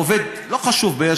לא חשוב,